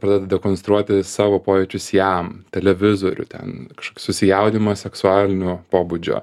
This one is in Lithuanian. pradeda dekonstruoti savo pojūčius jam televizorių ten susijaudinimą seksualinio pobūdžio